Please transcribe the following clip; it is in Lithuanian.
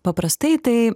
paprastai tai